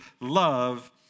love